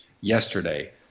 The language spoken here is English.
yesterday